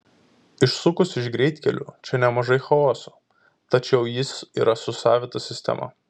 išsukus iš greitkelių čia nemažai chaoso tačiau jis yra su savita sistema